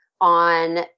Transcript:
on